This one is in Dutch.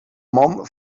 man